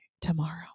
tomorrow